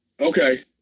Okay